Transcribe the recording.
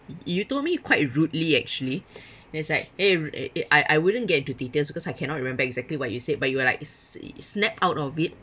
you told me quite rudely actually it's like eh re~ I I wouldn't get into details because I cannot remember exactly what you said but you were like s~ snap out of it